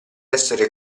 essere